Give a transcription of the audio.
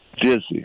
dizzy